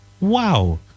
wow